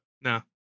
No